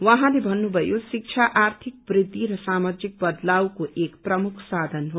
उहाँले भन्नुभयो शिक्षा आर्थिक वृद्धि र सामाजिक बदलावको एक प्रमुख साथन हो